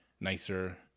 nicer